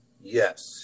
Yes